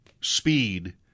speed